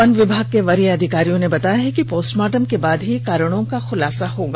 one विभाग के वरीय अधिकारियों ने बताया कि पोस्टमार्टम के बाद ही कारणों का खुलासा हो पायेगा